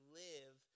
live